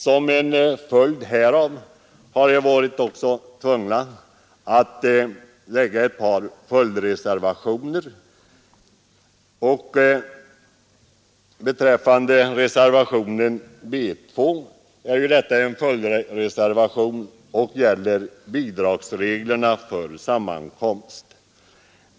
Som en följd härav har jag också varit tvungen att lämna in ett par följdreservationer. Reservationen B 2 är en sådan följdreservation och gäller bidragsreglerna för sammankomst.